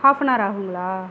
half an hour ஆகுங்களா